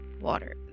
water